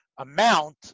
amount